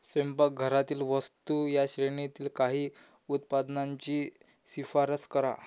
स्वयंपाकघरातील वस्तू या श्रेणीतील काही उत्पादनांची शिफारस करा